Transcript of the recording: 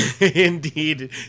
Indeed